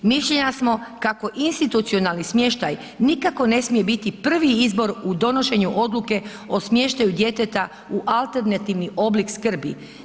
Mišljenja smo kako institucionalni smještaj nikako ne smije biti prvi izbor u donošenju odluke o smještaju djeteta u alternativni oblik skrbi.